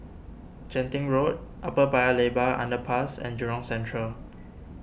Genting Road Upper Paya Lebar Underpass and Jurong Central